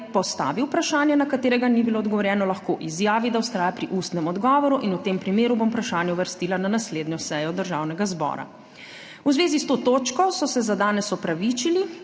postavil vprašanje, na katerega ni bilo odgovorjeno, lahko izjavi, da vztraja pri ustnem odgovoru, in v tem primeru bom vprašanje uvrstila na naslednjo sejo Državnega zbora. V zvezi s to točko so se za danes opravičili